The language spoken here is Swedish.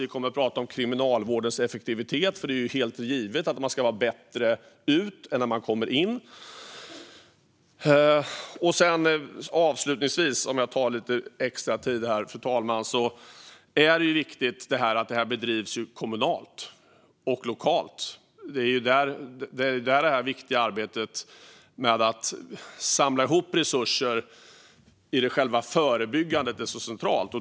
Vi kommer att prata om kriminalvårdens effektivitet. Det är ju helt givet att man ska vara bättre när man kommer ut än när man kom in. Avslutningsvis, fru talman - om jag får ta lite extra tid - är det viktigt att detta bedrivs kommunalt och lokalt. Där är det viktiga arbetet att samla ihop resurser i själva förebyggandet centralt.